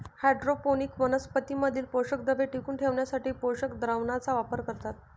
hydroponics वनस्पतीं मधील पोषकद्रव्ये टिकवून ठेवण्यासाठी पोषक द्रावणाचा वापर करतात